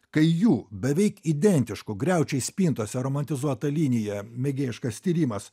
kai jų beveik identiškų griaučiai spintose romantizuota linija mėgėjiškas tyrimas